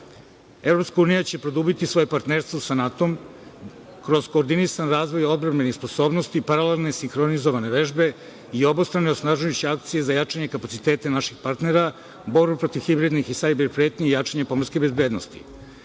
Evropska unija će produbiti svoje partnerstvo sa NATO kroz koordinisan razvoj odbrambenih sposobnosti, paralelne sinhronizovane vežbe i obostrane osnažujuće akcije za jačanje kapaciteta naših partnera, borbu protiv hibridnih i sajber pretnji i jačanje pomorske bezbednosti. Liberalno